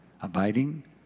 abiding